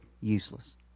useless